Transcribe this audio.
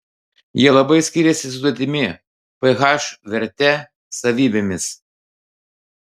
jie labai skiriasi sudėtimi ph verte savybėmis